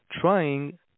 trying